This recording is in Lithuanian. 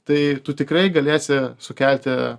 tai tu tikrai galėsi sukelti